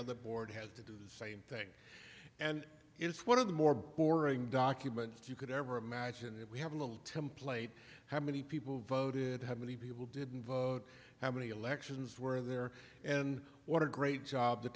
other board had to do the same thing and it's one of the more boring documents you could ever imagine and we have a little template how many people voted have many people didn't vote how many elections were there and what a great job the